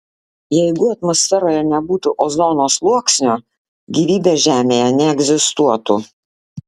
jeigu atmosferoje nebūtų ozono sluoksnio gyvybė žemėje neegzistuotų